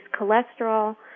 cholesterol